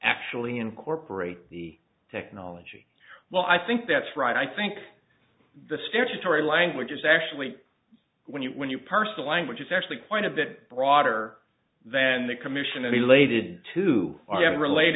actually incorporate the technology well i think that's right i think the statutory language is actually when you when your personal language is actually quite a bit broader than the commission of related to are